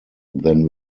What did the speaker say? than